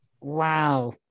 Wow